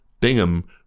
Bingham